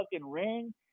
ring